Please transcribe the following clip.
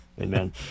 amen